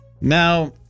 Now